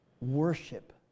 worship